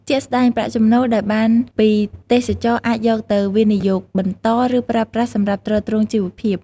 ជាក់ស្តែង ប្រាក់ចំណូលដែលបានពីទេសចរណ៍អាចយកទៅវិនិយោគបន្ត ឬប្រើប្រាស់សម្រាប់ទ្រទ្រង់ជីវភាព។